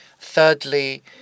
Thirdly